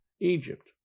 Egypt